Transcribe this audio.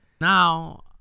now